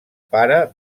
pare